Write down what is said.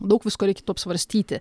daug visko reiktų apsvarstyti